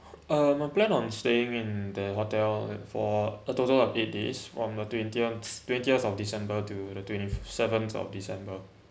uh my plan on staying in the hotel for a total of eight days from uh twentieth twentieth of december to the twenty seven of december